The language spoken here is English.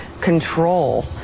control